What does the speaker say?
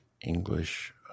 English